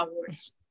hours